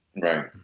Right